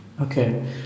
Okay